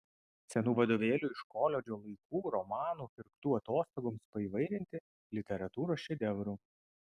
senų vadovėlių iš koledžo laikų romanų pirktų atostogoms paįvairinti literatūros šedevrų